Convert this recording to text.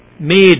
Made